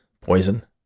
Poison